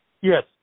Yes